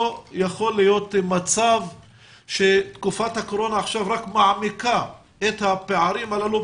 לא יכול להיות מצב שתקופת הקורונה עכשיו רק מעמיקה את הפערים הללו,